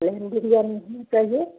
plane biryani हमें चाहिए